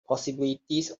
possibilities